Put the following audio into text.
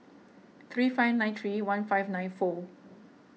three five nine three one five nine four